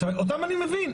עכשיו, אותם אני מבין.